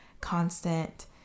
constant